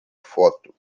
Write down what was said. foto